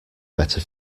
better